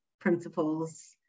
principles